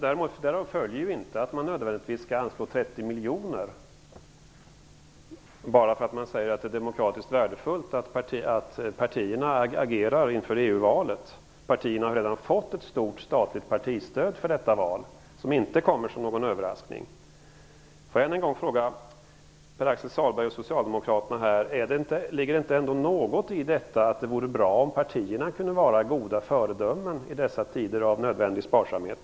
Därav följer inte att man nödvändigtvis skall anslå 30 miljoner, bara för att man säger att det är demokratiskt värdefullt att partierna agerar inför EU-valet. Partierna har redan fått ett stort statligt partistöd för detta val, som inte kommer som någon överraskning. Får jag än en gång fråga Pär-Axel Sahlberg och Socialdemokraterna: Ligger det inte något i att det vore bra om partierna kunde vara goda föredömen i dessa tider av nödvändig sparsamhet?